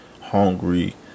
hungry